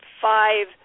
five